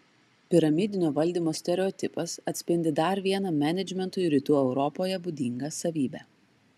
piramidinio valdymo stereotipas atspindi dar vieną menedžmentui rytų europoje būdingą savybę